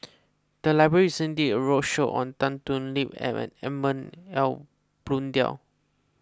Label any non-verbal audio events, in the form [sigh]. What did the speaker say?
the library recently did a roadshow on Tan Thoon Lip and [unintelligible] Edmund Blundell